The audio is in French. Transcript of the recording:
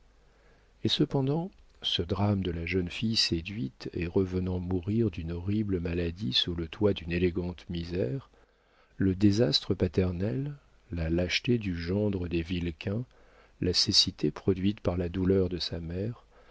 et cependant ce drame de la jeune fille séduite et revenant mourir d'une horrible maladie sous le toit d'une élégante misère le désastre paternel la lâcheté du gendre des vilquin la cécité produite par la douleur de sa mère